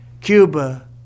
Cuba